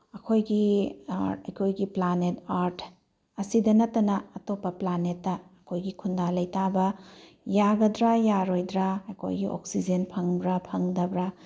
ꯑꯩꯈꯣꯏꯒꯤ ꯑꯥꯔꯠ ꯑꯩꯈꯣꯏꯒꯤ planet earth ꯑꯁꯤꯇ ꯅꯠꯇꯕ ꯑꯇꯣꯞꯄ ꯄ꯭ꯂꯥꯅꯦꯠꯇ ꯑꯩꯈꯣꯏꯒꯤ ꯈꯨꯟꯗꯥ ꯂꯩꯇꯥꯕ ꯌꯥꯒꯗ꯭ꯔꯥ ꯌꯥꯔꯣꯏꯗ꯭ꯔꯥ ꯑꯩꯈꯣꯏꯒꯤ ꯑꯣꯛꯁꯤꯖꯦꯟ ꯐꯪꯕ꯭ꯔꯥ ꯐꯪꯗꯕ꯭ꯔꯥ